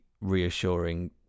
reassuring